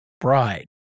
bride